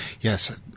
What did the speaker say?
yes